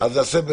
את